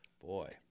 Boy